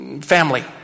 family